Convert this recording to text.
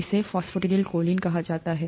इसे phosphatidyl choline कहा जाता है